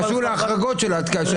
זה קשור להחרגות של הקנסות.